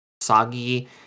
soggy